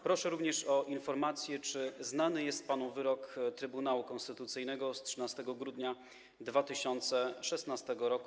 Proszę również o informację, czy znany jest panu wyrok Trybunału Konstytucyjnego z 13 grudnia 2016 r.